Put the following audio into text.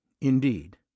indeed